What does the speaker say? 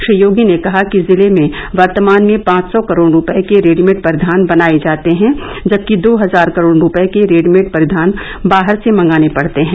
श्री योगी ने कहा कि जिले में वर्तमान में पांच सौ करोड रूपये के रेडीमेड परिघान बनाये जाते हैं जबकि दो हजार करोड़ रूपये के रेडीमेड परिधान बाहर से मंगाने पड़ते हैं